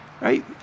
right